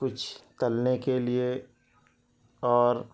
کچھ تلنے کے لیے اور